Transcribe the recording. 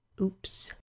Oops